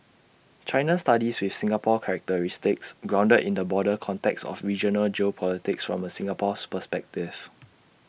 China studies with Singapore characteristics grounded in the broader context of regional geopolitics from A Singapore perspective